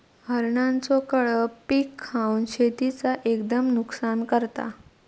हरणांचो कळप पीक खावन शेतीचा एकदम नुकसान करता